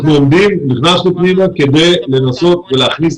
אנחנו נכנסנו פנימה כדי לנסות ולהכניס